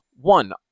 one